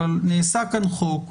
אבל נעשה כאן חוק,